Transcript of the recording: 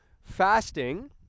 fasting